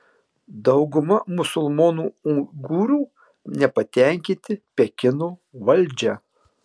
dauguma musulmonų uigūrų nepatenkinti pekino valdžia